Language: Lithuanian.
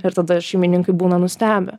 ir tada šeimininkai būna nustebę